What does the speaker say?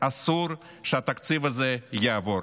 אסור שהתקציב הזה יעבור.